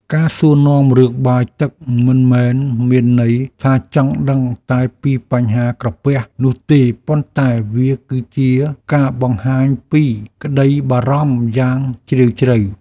ការសួរនាំរឿងបាយទឹកមិនមែនមានន័យថាចង់ដឹងតែពីបញ្ហាក្រពះនោះទេប៉ុន្តែវាគឺជាការបង្ហាញពីក្តីបារម្ភយ៉ាងជ្រាលជ្រៅ។